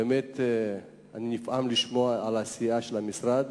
באמת אני נפעם לשמוע על העשייה של המשרד